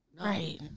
Right